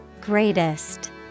Greatest